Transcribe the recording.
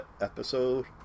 episode